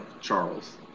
Charles